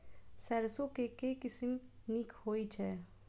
सैरसो केँ के किसिम नीक होइ छै?